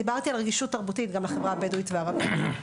דיברתי על רגישות תרבותית זה גם לחברה הבדואית והערבית.